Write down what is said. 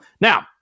Now